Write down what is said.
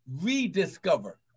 rediscover